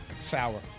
Sour